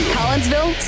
Collinsville